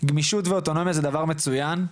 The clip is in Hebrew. גמישות ואוטונומיה זה דבר מצויין,